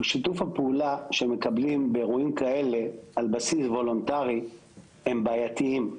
כי שיתוף הפעולה שמקבלים באירועים כאלה על בסיס וולונטרי הם בעייתיים.